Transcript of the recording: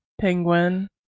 Penguin